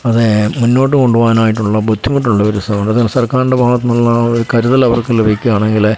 അതു മുന്നോട്ടു കൊണ്ടു പോകാനായിട്ടുള്ള ബുദ്ധിമുട്ടുള്ളവരെ സർക്കാരിൻ്റെ ഭാഗത്തു നിന്നുള്ള ഒരു കരുതൽ അവർക്കു ലഭിക്കണമെങ്കിൽ